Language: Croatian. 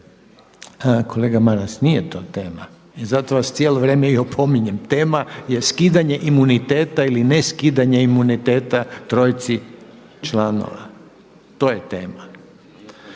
Kolega Maras nije to tema i zato vas cijelo vrijeme i opominjem. Tema je skidanje imuniteta ili ne skidanje imuniteta trojici članova, to je tema,